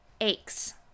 aches